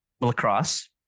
lacrosse